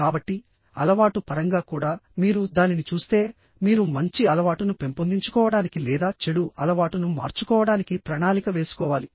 కాబట్టిఅలవాటు పరంగా కూడామీరు దానిని చూస్తేమీరు మంచి అలవాటును పెంపొందించుకోవడానికి లేదా చెడు అలవాటును మార్చుకోవడానికి ప్రణాళిక వేసుకోవాలి